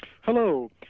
Hello